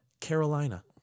Carolina